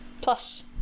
plus